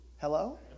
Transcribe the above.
Hello